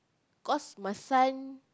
cause my son